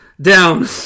down